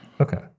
Okay